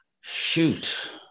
Shoot